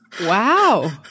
Wow